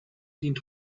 dient